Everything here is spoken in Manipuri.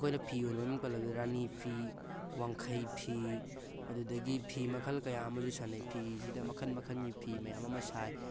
ꯑꯩꯈꯣꯏꯅ ꯐꯤ ꯑꯣꯏꯅ ꯃꯃꯤꯡ ꯄꯜꯂꯕꯗ ꯔꯥꯅꯤ ꯐꯤ ꯋꯥꯡꯈꯩ ꯐꯤ ꯑꯗꯨꯗꯒꯤ ꯐꯤ ꯃꯈꯜ ꯀꯌꯥ ꯑꯃꯁꯨ ꯁꯥꯅꯩ ꯐꯤꯁꯤꯗ ꯃꯈꯟ ꯃꯈꯟꯒꯤ ꯐꯤ ꯃꯌꯥꯝ ꯑꯃ ꯁꯥꯏ